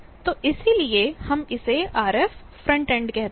तो इसीलिए हम इसे RF फ्रंट एन्ड कहते हैं